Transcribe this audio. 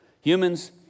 Humans